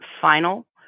final